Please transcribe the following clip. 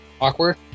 awkward